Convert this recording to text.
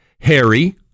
Harry